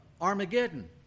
Armageddon